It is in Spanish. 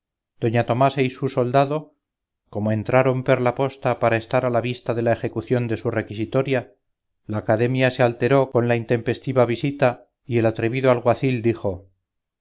doña tomasa y su soldado como entraron por la posta para estar a la vista de la ejecución de su requisitoria la academia se alteró con la intempestiva visita y el atrevido alguacil dijo